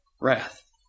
wrath